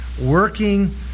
working